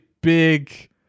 big